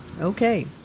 okay